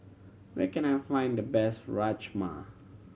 where can I find the best Rajma